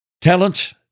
Talent